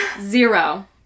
zero